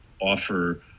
offer